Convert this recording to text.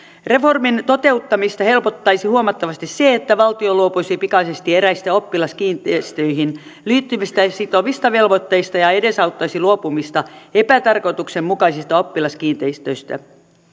reformin toteuttamista helpottaisi huomattavasti se että valtio luopuisi pikaisesti eräistä oppilaskiinteistöihin liittyvistä sitovista velvoitteista ja edesauttaisi luopumista epätarkoituksenmukaisista oppilaskiinteistöistä